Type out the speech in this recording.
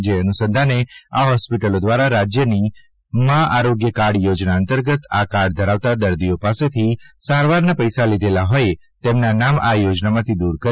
જે અનુસંધાને આ હોસ્પિટલો દ્વારા રાજ્ય સરકારની મા આરોગ્ય કાર્ડ યોજના અંતર્ગત આ કાર્ડ ધરાવતા દર્દીઓ પાસેથી સારવારના પૈસા લીધેલા હોઇ તેમના નામ આ યોજનામાંથી નાબૂદ કરી